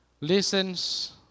listens